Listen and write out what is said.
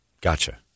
Gotcha